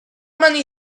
money